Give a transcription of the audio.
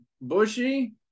bushy